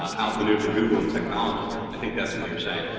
out maneuver google and technology, i think that's what you're saying.